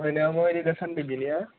फरायनाया माबायदि दासान्दि बेनिया